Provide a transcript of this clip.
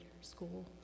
school